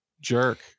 jerk